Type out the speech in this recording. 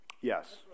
Yes